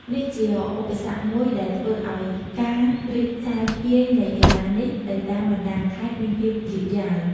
នេះជាឧបសគ្គមួយដែលធ្វើឱ្យការរីកសាយភាយនៃកីឡានេះទៅតាមបណ្ដាខេត្តមានភាពយឺតយ៉ាវ។